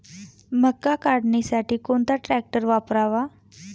मका काढणीसाठी कोणता ट्रॅक्टर वापरावा?